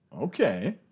Okay